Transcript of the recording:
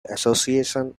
association